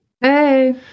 Hey